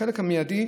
החלק המיידי,